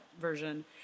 version